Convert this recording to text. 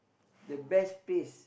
the best place